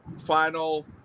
final